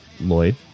Lloyd